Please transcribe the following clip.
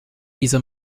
diese